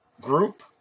group